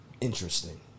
interesting